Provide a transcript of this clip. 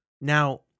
Now